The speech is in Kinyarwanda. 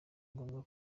ngombwa